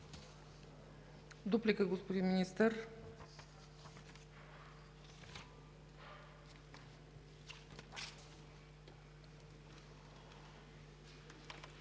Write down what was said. Дуплика, господин Министър.